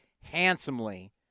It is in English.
handsomely